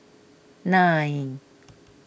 nine